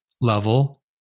level